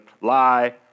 lie